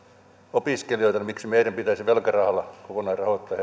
opiskelijoita niin miksi meidän pitäisi velkarahalla kokonaan rahoittaa heidän